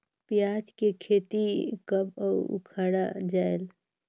पियाज के खेती कब अउ उखाड़ा जायेल?